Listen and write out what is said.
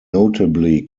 notably